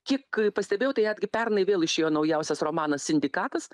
kiek a pastebėjau tai netgi pernai vėl išėjo naujausias romanas sindikatas